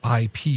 IP